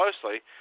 closely